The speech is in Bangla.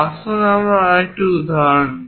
আসুন আরেকটি উদাহরণ দেখি